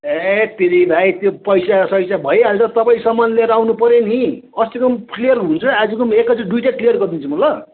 हत्तेरी भाइ त्यो पैसा सैसा भइहाल्छ तपाईँ सामान लिएर आउनुपर्यो नि अस्तिको पनि क्लियर हुन्छ आजको पनि एकैचोटि दुईवटा क्लियर गरिदिन्छु म ल